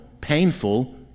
painful